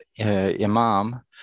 imam